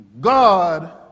God